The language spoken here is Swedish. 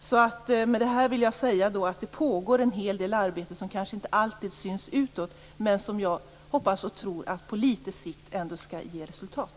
Med det här vill jag säga att det pågår en hel del arbete som kanske inte alltid syns utåt men som jag hoppas och tror på litet sikt ändå skall ge resultat.